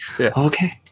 Okay